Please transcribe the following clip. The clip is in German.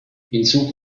hinzu